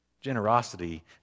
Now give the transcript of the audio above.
Generosity